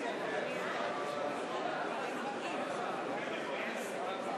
אני מתכבד לפתוח ישיבה מיוחדת של הכנסת לזכרו